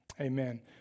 Amen